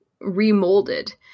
remolded